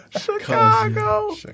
Chicago